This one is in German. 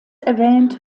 erwähnt